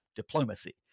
diplomacy